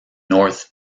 north